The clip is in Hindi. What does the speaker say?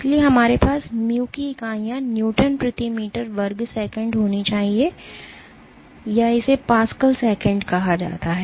इसलिए हमारे पास mu की इकाइयाँ न्यूटन प्रति मीटर वर्ग सेकंड होनी चाहिए या इसे पास्कल सेकंड कहा जाता है